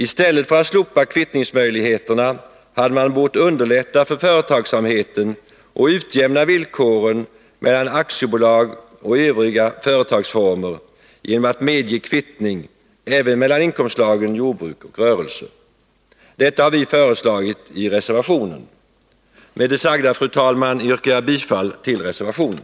I stället för att slopa kvittningsmöjligheterna hade man bort underlätta för företagsamheten och utjämna villkoren mellan aktiebolag och övriga företagsformer genom att medge kvittning även mellan inkomstslagen jordbruk och rörelse. Det har vi föreslagit i reservationen. Med det sagda, fru talman, yrkar jag bifall till reservationen.